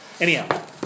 anyhow